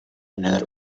neler